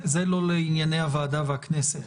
לא לענייני הוועדה והכנסת,